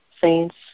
saints